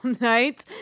night